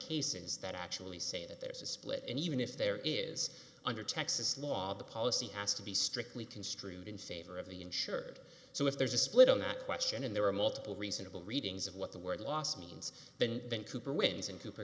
cases that actually say that there's a split and even if there is under texas law the policy has to be strictly construed in favor of the insured so if there's a split on that question and there are multiple reasonable readings of what the word loss means then then cooper wins and cooper